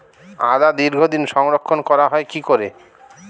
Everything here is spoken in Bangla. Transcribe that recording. আদা দীর্ঘদিন সংরক্ষণ করা হয় কি করে?